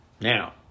Now